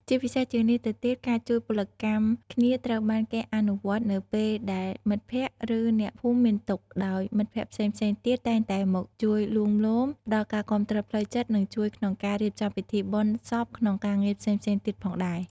ជាពិសេសជាងនេះទៅទៀត ការជួយពលកម្មគ្នាត្រូវបានគេអនុវត្តនៅពេលដែលមិត្តភក្តិឬអ្នកភូមិមានទុក្ខ ដោយមិត្តភក្តិផ្សេងៗទៀតតែងតែមកជួយលួងលោម ផ្តល់ការគាំទ្រផ្លូវចិត្ត និងជួយក្នុងការរៀបចំពិធីបុណ្យសពឬការងារផ្សេងៗទៀតផងដែរ។